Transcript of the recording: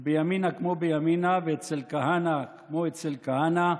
ובימינה כמו בימינה, ואצל כהנא כמו אצל כהנא,